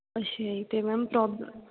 ਅੱਛਾ ਜੀ ਅਤੇ ਮੈਮ ਟੋਪ